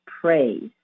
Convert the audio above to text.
praise